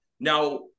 Now